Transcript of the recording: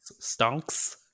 Stonks